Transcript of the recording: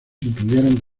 incluyeron